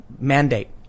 mandate